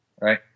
Right